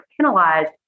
penalized